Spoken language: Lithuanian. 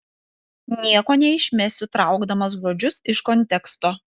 nieko nešmeišiu traukdamas žodžius iš konteksto